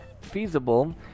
feasible